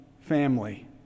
family